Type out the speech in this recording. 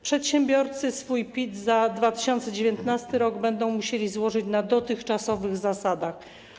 Przedsiębiorcy swój PIT za 2019 r. będą musieli złożyć na dotychczasowych zasadach.